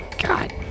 God